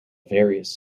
various